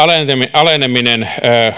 alentaminen